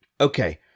Okay